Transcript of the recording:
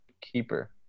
keeper